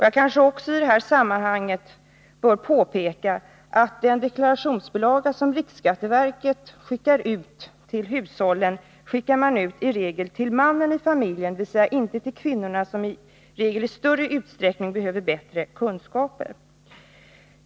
Jag kanske i det här sammanhanget också bör påpeka att den deklarationsbilaga som riksskatteverket skickar ut till hushållen i regel adresseras till mannen i familjen, dvs. inte till kvinnorna, vilka i regel i större utsträckning än männen är de som behöver bättre kunskaper.